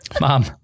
Mom